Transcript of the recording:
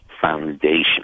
foundation